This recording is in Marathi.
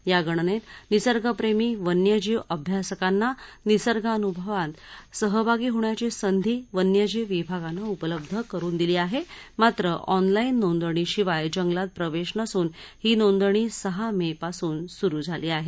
या गणनेत निसर्गप्रेमी वन्यजीव अभ्यासकांना निसर्गानुभवात सहभागी होण्याची संधी वन्यजीव विभागानं उपलब्ध करून दिली आहे मात्र ऑनलाईन नोंदणी शिवाय जंगलात प्रवेश नसून ही नोंदणी सहा मे पासून सुरू झाली आहे